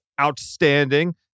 outstanding